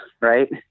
right